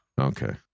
Okay